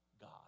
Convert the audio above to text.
God